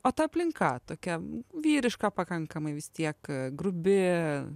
o ta aplinka tokia vyriška pakankamai vis tiek grubi